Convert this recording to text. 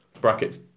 brackets